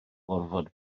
gorfod